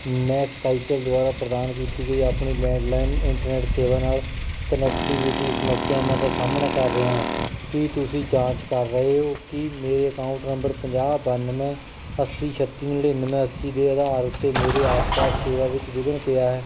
ਮੈਂ ਐਕਸਾਈਟਲ ਦੁਆਰਾ ਪ੍ਰਦਾਨ ਕੀਤੀ ਗਈ ਆਪਣੀ ਲੈਂਡਲਾਈਨ ਇੰਟਰਨੈਟ ਸੇਵਾ ਨਾਲ ਕਨੈਕਟੀਵਿਟੀ ਸਮੱਸਿਆਵਾਂ ਦਾ ਸਾਹਮਣਾ ਕਰ ਰਿਹਾ ਹਾਂ ਕੀ ਤੁਸੀਂ ਜਾਂਚ ਕਰ ਰਹੇ ਹੋ ਕਿ ਕੀ ਮੇਰੇ ਅਕਾਊਂਟ ਨੰਬਰ ਪੰਜਾਬ ਬਾਨਵੇਂ ਅੱਸੀ ਛੱਤੀ ਨੜ੍ਹਿਨਵੇਂ ਅੱਸੀ ਦੇ ਅਧਾਰ ਉੱਤੇ ਮੇਰੇ ਆਸ ਪਾਸ ਸੇਵਾ ਵਿੱਚ ਵਿਘਨ ਪਿਆ ਹੈ